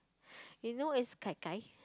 you know is Gai Gai